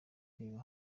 reba